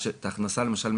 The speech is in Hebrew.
למשל,